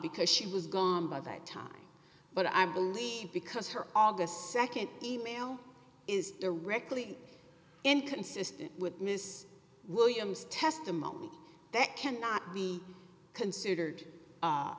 because she was gone by that time but i believe because her august nd e mail is directly inconsistent with miss williams testimony that cannot be considered